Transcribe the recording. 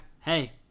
hey